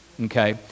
okay